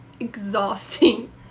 Exhausting